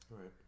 Right